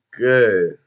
good